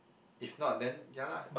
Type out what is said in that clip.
if not then ya lah